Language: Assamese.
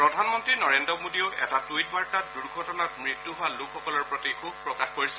প্ৰধানমন্ত্ৰী নৰেন্দ্ৰ মোদীয়েও এটা টুইট বাৰ্তাত দুৰ্ঘটনাত মৃত্যু হোৱা লোকসকলৰ প্ৰতি শোক প্ৰকাশ কৰিছে